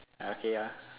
ah okay ah